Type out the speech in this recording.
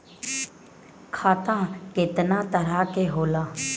खाता केतना तरह के होला?